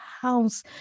house